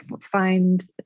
find